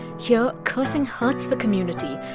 here, cursing hurts the community.